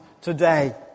today